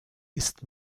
ist